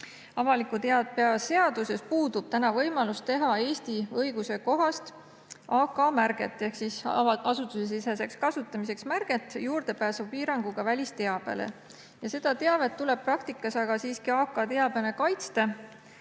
Avaliku teabe seaduses puudub praegu võimalus teha Eesti õiguse kohast AK-märget ehk märget "Asutusesiseseks kasutamiseks" juurdepääsupiiranguga välisteabele. Seda teavet tuleb praktikas aga siiski AK-teabena kaitsta,